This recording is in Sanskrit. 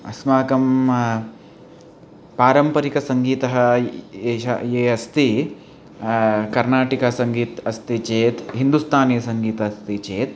अस्माकं पारम्परिकसङ्गीतम् एतत् यत् अस्ति कर्नाटकसङ्गीतम् अस्ति चेत् हिन्दुस्तानीसङ्गीतम् अस्ति चेत्